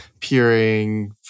peering